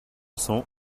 cents